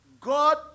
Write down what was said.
God